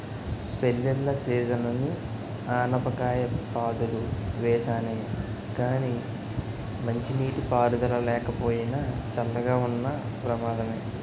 పెళ్ళిళ్ళ సీజనని ఆనపకాయ పాదులు వేసానే గానీ మంచినీటి పారుదల లేకపోయినా, చల్లగా ఉన్న ప్రమాదమే